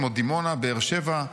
כמו דימונה ובאר שבע,